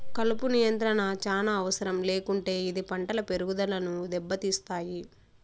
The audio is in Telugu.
కలుపు నియంత్రణ చానా అవసరం లేకుంటే ఇది పంటల పెరుగుదనను దెబ్బతీస్తాయి